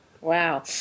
Wow